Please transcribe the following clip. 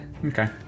Okay